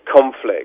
conflict